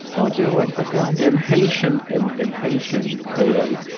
but what's your word for god? in haitian, in in haitian creole,